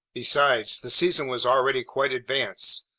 besides, the season was already quite advanced,